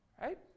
Right